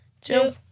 two